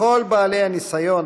לכל בעלי הניסיון,